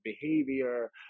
behavior